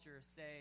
say